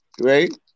right